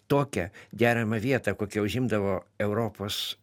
tokia deramą vietą kokią užimdavo europos